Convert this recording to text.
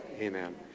Amen